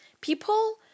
People